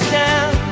down